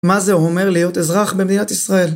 מה זה אומר להיות אזרח במדינת ישראל?